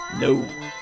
No